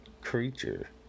creature